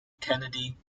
kennedy